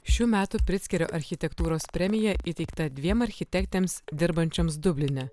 šių metų priskiriu architektūros premija įteikta dviem architektėms dirbančioms dubline